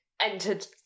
entered